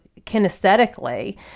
kinesthetically